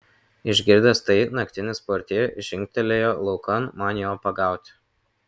išgirdęs tai naktinis portjė žingtelėjo laukan man jo pagauti